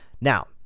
Now